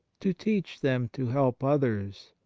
to teach them to help others,